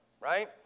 right